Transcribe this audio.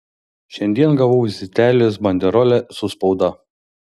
šiandien gavau zitelės banderolę su spauda